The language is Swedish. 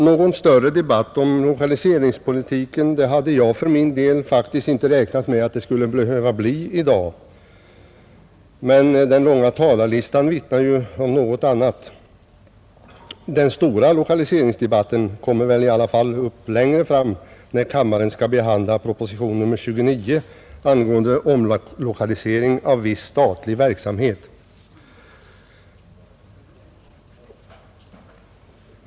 Någon större debatt om lokaliseringspolitiken hade jag för min del faktiskt inte räknat med att det skulle behöva bli i dag, men den långa talarlistan vittnar ju om något annat. Den stora lokaliseringsdebatten kommer väl i alla fall längre fram, när kammaren skall behandla proposition nr 29 angående omlokalisering av viss statlig verksamhet.